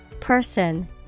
Person